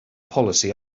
policy